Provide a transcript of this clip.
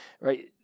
Right